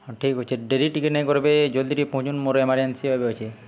ହଉ ଠିକ୍ ଅଛେ ଡେରି ଟିକେ ନାଇଁ କର୍ବେ ଜଲ୍ଦି ଟିକେ ପହଞ୍ଚନ୍ ମୋର୍ ଏମାର୍ଜେନ୍ସି ଏବେ ଅଛେ